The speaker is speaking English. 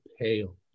pale